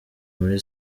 muri